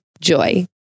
Joy